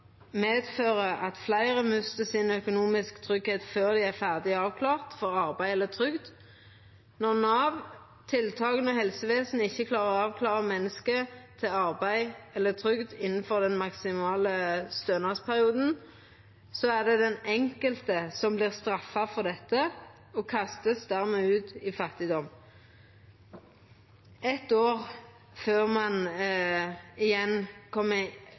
medfører at fleire mistar den økonomiske tryggleiken før dei er ferdig avklarte for arbeid eller trygd. Når Nav, tiltaka og helsevesenet ikkje klarar å avklara menneske til arbeid eller trygd innanfor den maksimale stønadsperioden, er det den enkelte som vert straffa for dette, og ein vert dermed kasta ut i fattigdom i eit år før ein igjen